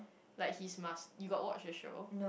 like his mas~ you got watch the show